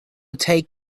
take